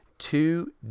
two